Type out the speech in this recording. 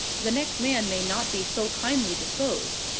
the next man may not be so kindly disposed.